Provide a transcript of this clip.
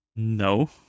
No